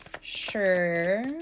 sure